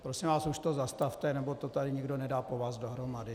Prosím vás, už to zastavte, nebo to tady nikdo nedá po vás dohromady.